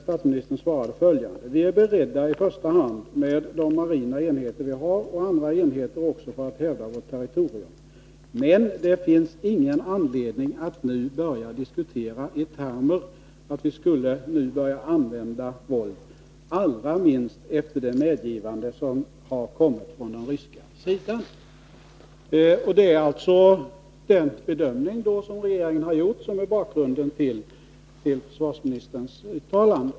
Statsministern svarade: ”Vi är beredda i första hand med de marina enheter vi har och andra enheter också för att hävda vårt territorium, men det finns ingen anledning att nu börja diskutera i termer att vi skulle nu börja använda våld, allra minst efter det medgivande som har kommit från den ryska sidan.” Det är alltså den bedömning som regeringen har gjort som är bakgrunden till statsministerns uttalande.